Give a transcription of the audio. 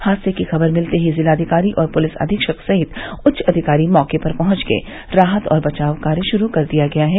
हादसे की खबर मिलते ही जिलाधिकारी और पुलिस अधीक्षक सहित उच्च अधिकारी मौके पर पहुंच गये राहत और बचाव कार्य शुरू कर दिया गया है